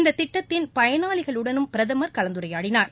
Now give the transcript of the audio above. இந்த திட்டத்தின் பயனாளிகளுடனும் பிரதமர் கலந்துரையாடினார்